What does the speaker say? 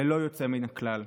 ללא יוצא מן הכלל,